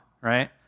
right